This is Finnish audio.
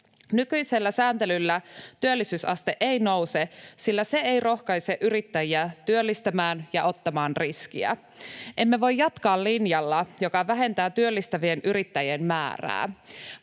Nykyisellä sääntelyllä työllisyysaste ei nouse, sillä se ei rohkaise yrittäjiä työllistämään ja ottamaan riskiä. Emme voi jatkaa linjalla, joka vähentää työllistävien yrittäjien määrää.